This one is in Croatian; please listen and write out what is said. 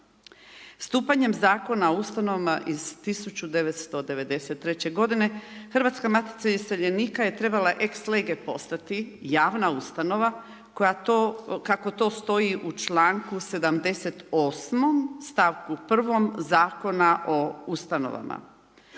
Stupanjem Zakona o ustanovama iz 1993. g. Hrvatska matica iseljenika je trebala ex lege postati javna ustanova koja to, kako to stoji u članku 78. stavku 1. Zakona o ustanovama.